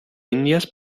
indias